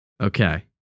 Okay